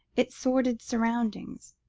its sordid surroundings,